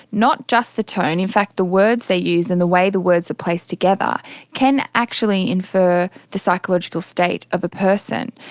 not just the tone, in fact the words they use and the way the words are placed together can actually infer the psychological state of a person.